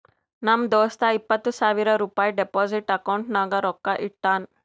ನಮ್ ದೋಸ್ತ ಇಪ್ಪತ್ ಸಾವಿರ ರುಪಾಯಿ ಡೆಪೋಸಿಟ್ ಅಕೌಂಟ್ನಾಗ್ ರೊಕ್ಕಾ ಇಟ್ಟಾನ್